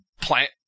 plant